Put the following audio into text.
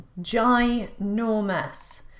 ginormous